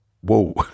whoa